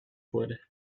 wood